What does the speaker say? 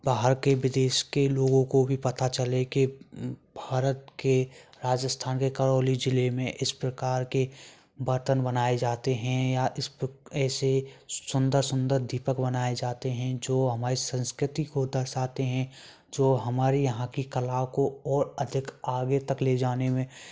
बाहर के विदेश के लोगों को भी पता चले के भारत के राजस्थान के करौली ज़िले में इस प्रकार के बर्तन बनाए जाते हैं या इस ऐसे सुन्दर सुन्दर दीपक बनाए जाते हैं जो हमारे संस्कृति को दर्शाते हैं जो हमारे यहाँ कि कलाओं और अधिक आगे तक ले जाने में